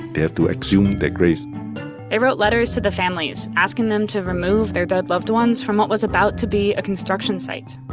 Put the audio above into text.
they had to exhume their graves they wrote letters to the families asking them to remove their dead loved ones from what was about to be a construction site.